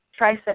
tricep